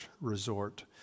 resort